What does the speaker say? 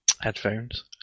headphones